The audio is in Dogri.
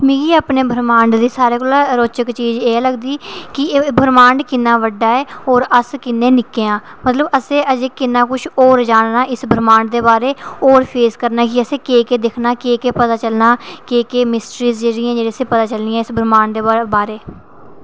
मिगी अपने ब्रह्मांडी दी सारें कोला रोचक चीज एह् लगदी कि एह् ब्रह्मांड किन्ना बड्डा ऐ और अस किन्ने निक्के आं मतलब असें अजै किन्ना किश होर जानना इस ब्रह्मांड दे बारे होर फेस करने गी असें केह् केह् दिक्खना केह् केह् पता चलना केह् केह् मिस्ट्रीज़ जेहड़ियां असेंगी पता चलनियां इस ब्रह्मांड दे बारै